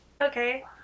Okay